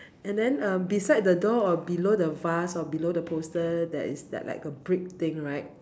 and then um beside the door or below the vase or below the poster there is that like a brick thing right